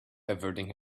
averting